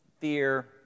fear